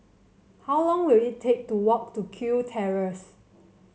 how long will it take to walk to Kew Terrace